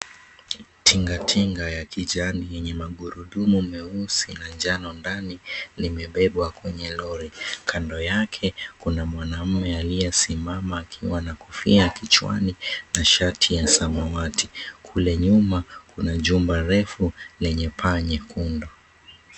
Tingatinga ya kijani yenye magurudumu meusi na njano ndani, limebebwa kwenye lori. Kando yake kuna mwanaume aliyesimama akiwa na kofia kichwani na shati ya samawati. Kule nyuma kuna jumba refu lenye paa nyekundu.